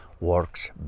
works